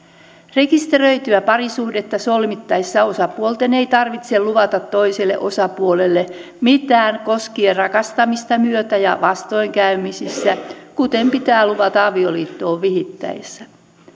rekisteröityä parisuhdetta solmittaessa osapuolten ei tarvitse luvata toiselle osapuolelle mitään koskien rakastamista myötä ja vastoinkäymisissä kuten pitää luvata avioliittoon vihittäessä